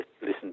listen